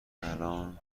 الان